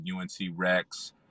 UNC-REx